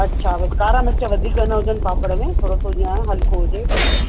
अच्छा बसि कारा मिर्च वधीक न हुजनि पापड़ में थोरो सो जीअं हल्को हुजे मिर्च